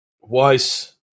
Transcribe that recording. Weiss